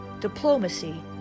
diplomacy